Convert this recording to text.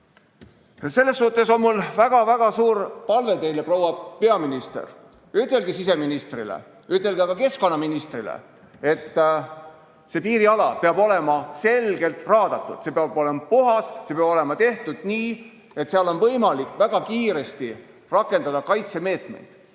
mull. Selles suhtes on mul väga suur palve teile, proua peaminister: ütelge siseministrile, ütelge ka keskkonnaministrile, et piiriala peab olema selgelt raadatud. See peab olema puhas, see peab olema tehtud nii, et seal on võimalik väga kiiresti rakendada kaitsemeetmeid.